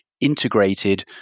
integrated